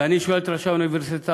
ואני שואל את ראשי האוניברסיטאות: